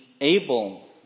able